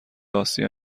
آسیا